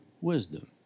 wisdom